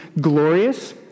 glorious